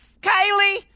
Kylie